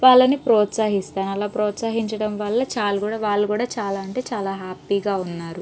వాళ్ళని ప్రోత్సహిస్తాను అల ప్రోత్సహించడం వల్ల చాలు కూడా వాళ్ళు కూడా చాలా అంటే చాలా హ్యాపీగా ఉన్నారు